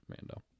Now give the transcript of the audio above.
Mando